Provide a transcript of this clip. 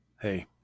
Hey